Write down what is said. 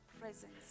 presence